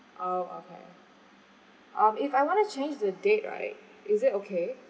orh okay um if I want to change the date right is it okay